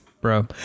bro